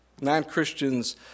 non-Christians